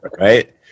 Right